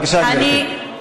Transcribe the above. בבקשה, גברתי.